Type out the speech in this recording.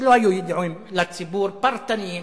שלא היו ידועים לציבור, פרטניים,